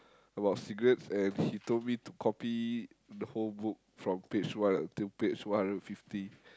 about cigarettes and he told me to copy the whole book from page one until page one hundred fifty